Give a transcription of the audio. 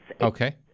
Okay